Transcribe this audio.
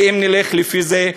ואם נלך לפי זה,